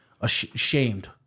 ashamed